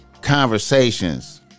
conversations